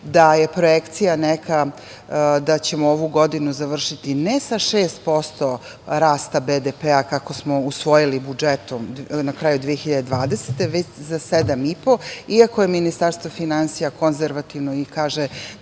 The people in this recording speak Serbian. da je neka projekcija da ćemo ovu godinu završiti ne sa 6% rasta BDP kako smo usvojili budžetom na kraju 2020. godine, već za 7,5% iako je Ministarstvo finansija konzervativno i kaže